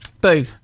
Boo